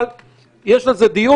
אבל יש על זה דיון,